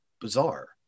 bizarre